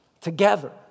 together